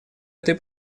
этой